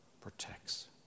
protects